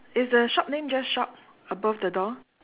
is the shop name just shop above the door